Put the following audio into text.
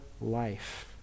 life